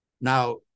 Now